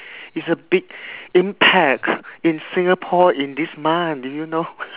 it's a big impact in singapore in this month did you know